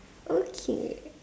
okay